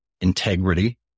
Integrity